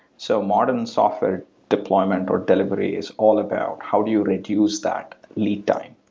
so modern software deployment or delivery is all about how you reduce that lead time,